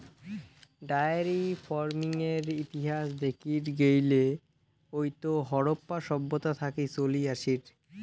diary ফার্মিংয়ের ইতিহাস দেখির গেইলে ওইতো হারাপ্পা সভ্যতা থাকি চলি আসির